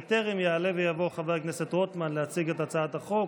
בטרם יעלה ויבוא חבר הכנסת רוטמן להציג את הצעת החוק,